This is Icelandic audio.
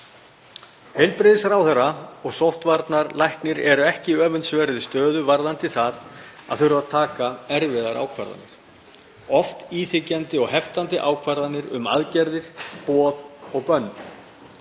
Heilbrigðisráðherra og sóttvarnalæknir eru ekki í öfundsverðri stöðu varðandi það að þurfa að taka erfiðar ákvarðanir, oft íþyngjandi og heftandi ákvarðanir um aðgerðir, boð og bönn.